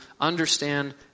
understand